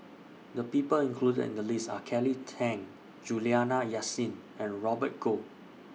The People included in The list Are Kelly Tang Juliana Yasin and Robert Goh